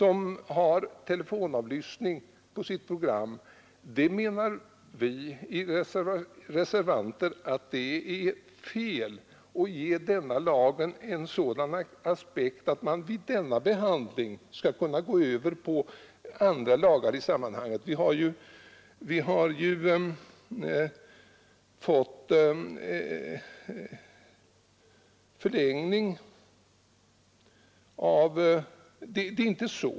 Vi reservanter menar att det är fel att i samband med denna undantagslag begära en översyn av andra lagar som innehåller bestämmelser om telefonavlyssning.